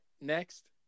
Next